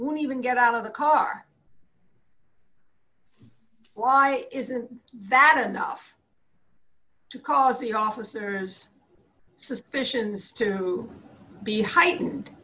when even get out of the car why isn't that enough to cause the officers suspicions to be heightened